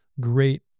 great